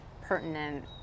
pertinent